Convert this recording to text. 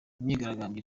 imyigaragambyo